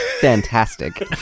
fantastic